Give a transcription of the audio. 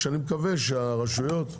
אני מקווה שהרשויות,